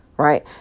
Right